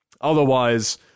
Otherwise